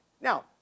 Now